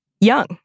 young